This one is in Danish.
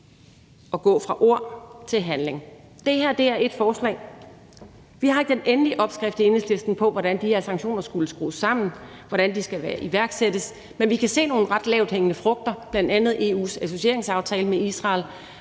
at gå fra ord til handling. Det her er ét forslag. Vi har ikke den endelige opskrift i Enhedslisten på, hvordan de her sanktioner skulle skrues sammen, hvordan de skal iværksættes, men vi kan se nogle ret lavthængende frugter, bl.a. EU's associeringsaftale med Israel.